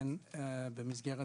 נותן במסגרת